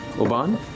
Oban